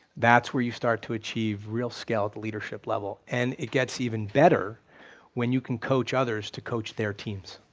that's where you start to achieve real scaled leadership level, and it gets even better when you can coach others to coach their teams.